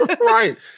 Right